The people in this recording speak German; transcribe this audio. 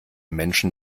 menschen